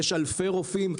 יש אלפי רופאים.